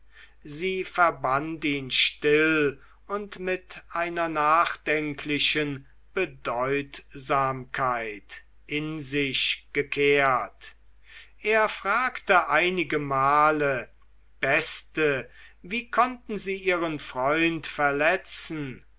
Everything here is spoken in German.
sie verband ihn still und mit einer nachdenklichen bedeutsamkeit in sich gekehrt er fragte einigemal beste wie konnten sie ihren freund verletzen